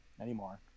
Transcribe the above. anymore